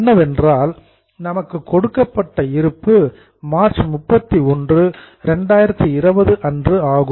என்னவென்றால் நமக்கு கொடுக்கப்பட்ட இருப்பு மார்ச் 31 2020 அன்று ஆகும்